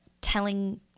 telling